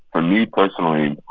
ah me personally,